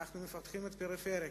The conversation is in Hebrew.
אנו מפתחים את הפריפריה,